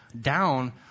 down